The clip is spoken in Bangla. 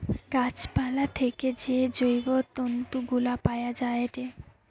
গাছ পালা থেকে যে জৈব তন্তু গুলা পায়া যায়েটে